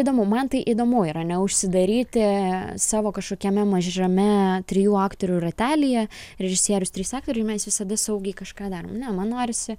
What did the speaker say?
įdomu man tai įdomu yra neužsidaryti savo kažkokiame mažame trijų aktorių ratelyje režisierius trys aktoriai mes visada saugiai kažką darom ne man norisi